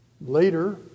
Later